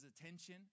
attention